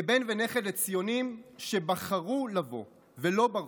כבן ונכד לציונים שבחרו לבוא ולא ברחו,